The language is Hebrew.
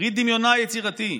פרי דמיונה היצירתי,